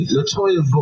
Latoya